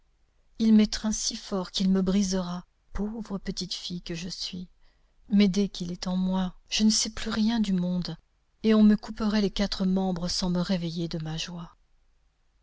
il m'étreint si fort qu'il me brisera pauvre petite fille que je suis mais dès qu'il est en moi je ne sais plus rien du monde et on me couperait les quatre membres sans me réveiller de ma joie